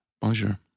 Bonjour